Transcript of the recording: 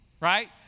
right